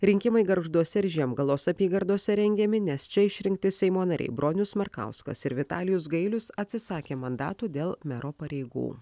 rinkimai gargžduose ir žiemgalos apygardose rengiami nes čia išrinkti seimo nariai bronius markauskas ir vitalijus gailius atsisakė mandatų dėl mero pareigų